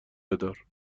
بدار